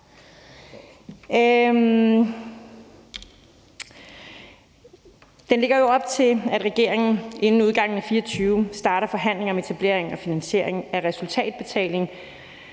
Det lægger jo op til, at regeringen inden udgangen af 2024 starter forhandlinger om etablering af finansiering af resultatbetaling,